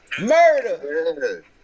Murder